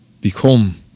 become